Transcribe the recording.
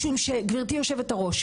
משום שגברתי יושבת הראש,